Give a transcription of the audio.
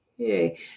Okay